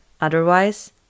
Otherwise